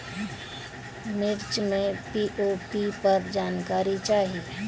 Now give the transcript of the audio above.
मिर्च मे पी.ओ.पी पर जानकारी चाही?